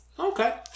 Okay